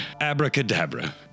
Abracadabra